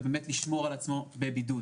ובאמת לשמור על עצמו בבידוד.